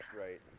Right